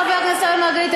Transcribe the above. חבר הכנסת אראל מרגלית,